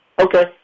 Okay